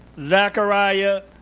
Zechariah